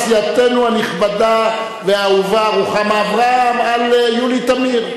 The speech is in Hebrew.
סיעתנו הנכבדה והאהובה רוחמה אברהם על-פני יולי תמיר.